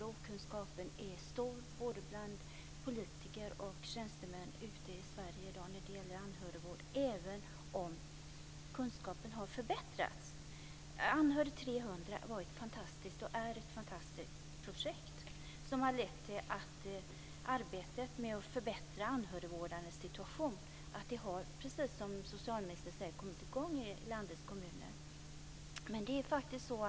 Okunskapen är stor bland både politiker och tjänstemän när det gäller anhörigvård - även om kunskapen har förbättrats. Anhörig 300 var och är ett fantastiskt projekt, som har lett till att arbetet med att förbättra anhörigvårdarnas situation har, precis som socialministern säger, kommit i gång i landets kommuner.